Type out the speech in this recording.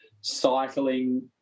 cycling